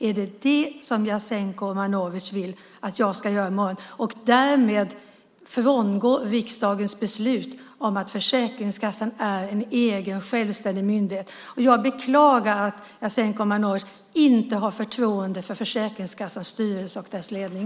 Är det vad Jasenko Omanovic vill att jag ska göra och därmed frångå riksdagens beslut om att Försäkringskassan är en egen självständig myndighet? Jag beklagar att Jasenko Omanovic inte har förtroende för Försäkringskassans styrelse och dess ledning.